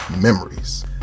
memories